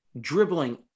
dribbling